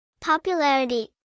Popularity